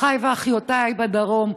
אחיי ואחיותיי בדרום,